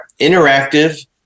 interactive